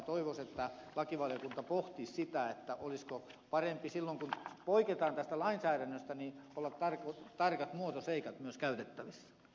toivoisin että lakivaliokunta pohtisi sitä olisiko parempi silloin kun poiketaan tästä lainsäädännöstä olla tarkat muotoseikat myös käytettävissä